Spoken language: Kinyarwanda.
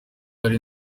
hari